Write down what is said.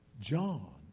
John